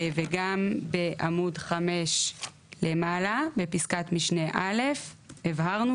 וגם בעמוד 5 למעלה בפסקת משנה א' הבהרנו